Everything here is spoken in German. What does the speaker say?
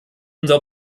unser